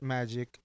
Magic